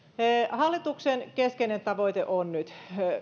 hallituksen keskeinen tavoite on nyt